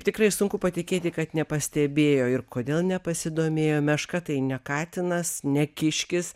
tikrai sunku patikėti kad nepastebėjo ir kodėl nepasidomėjo meška tai ne katinas ne kiškis